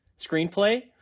screenplay